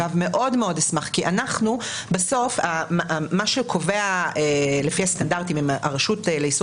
כי בסוף מה שקובע לפי הסטנדרטים אם הרשות לאיסור